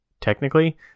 technically